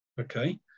okay